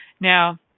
Now